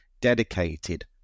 dedicated